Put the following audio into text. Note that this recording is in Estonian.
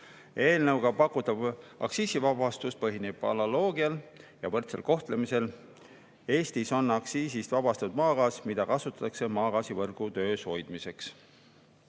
Eelnõuga pakutav aktsiisivabastus põhineb analoogial ja võrdsel kohtlemisel. Eestis on aktsiisist vabastatud maagaas, mida kasutatakse maagaasivõrgu töös hoidmiseks.